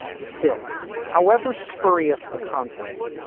still however spurious the contents.